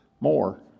more